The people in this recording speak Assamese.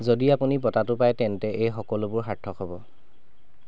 যদি আপুনি বঁটাটো পায় তেন্তে এই সকলোবোৰ সাৰ্থক হ'ব